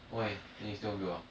why then you still want to build ah